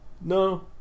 No